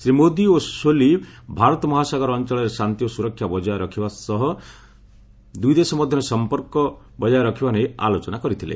ଶ୍ରୀ ମୋଦି ଓ ସୋଲି ଭାରତ ମହାସାଗର ଅଞ୍ଚଳରେ ଶାନ୍ତି ଓ ସୁରକ୍ଷା ବଜାୟ ରଖିବା ନେଇ ରାଜି ହେବା ସହ ଦୁଇଦେଶ ମଧ୍ୟରେ ସମ୍ପର୍କ ବଜାର ରଖିବା ନେଇ ଆଲୋଚନାର କରିଥିଲେ